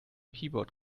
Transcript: keyboard